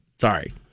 Sorry